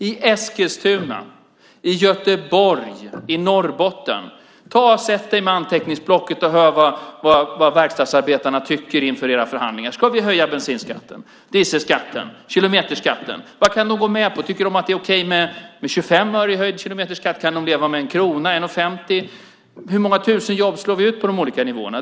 Sätt dig ned med ett anteckningsblock och hör vad verkstadsarbetarna i Eskilstuna, i Göteborg och i Norrbotten tycker inför era förhandlingar! Ska vi höja bensinskatten, dieselskatten och kilometerskatten? Vad kan de gå med på? Tycker de att det är okej med 25 öre i höjd kilometerskatt? Kan de leva med 1 krona eller med 1:50 i höjning? Hur många tusen jobb slår vi ut på de olika nivåerna?